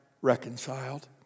reconciled